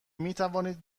میتوانید